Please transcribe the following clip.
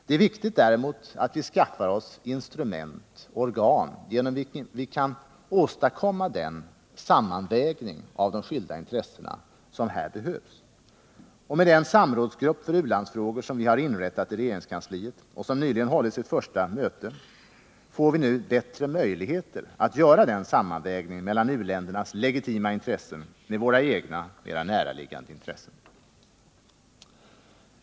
Däremot är det viktigt att vi skaffar oss organ genom vilka vi kan åstadkomma den sammanvägning av de skilda intressena som här behövs. Med den samrådsgrupp för u-landsfrågor som vi har inrättat i regeringskansliet och som nyligen hållit sitt första möte får vi nu bättre möjligheter att göra den sammanvägningen mellan u-ländernas legitima intressen och våra egna, mera näraliggande intressen.